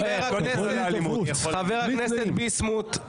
חבר הכנסת ביסמוט.